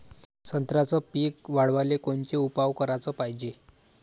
संत्र्याचं पीक वाढवाले कोनचे उपाव कराच पायजे?